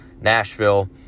Nashville